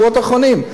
מהשבועות האחרונים.